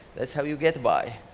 that's how you get by.